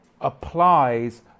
applies